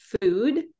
food